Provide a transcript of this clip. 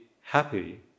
happy